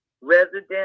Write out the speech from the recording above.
resident